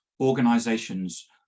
organizations